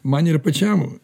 man ir pačiam